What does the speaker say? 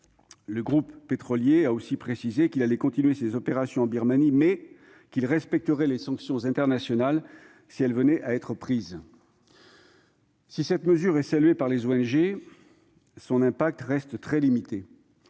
Le groupe pétrolier a précisé qu'il allait continuer ses opérations en Birmanie, mais qu'il respecterait les sanctions internationales si elles venaient à être prises. Si cette mesure est saluée par les ONG, son impact reste cependant